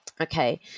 Okay